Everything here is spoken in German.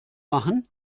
machen